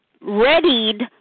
readied